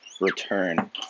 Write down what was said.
return